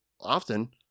often